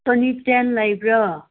ꯁꯣꯅꯤꯇꯦꯟ ꯂꯩꯕ꯭ꯔꯣ